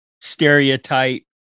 stereotype